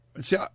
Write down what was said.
See